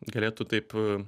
galėtų taip